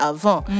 Avant